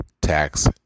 tax